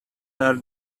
are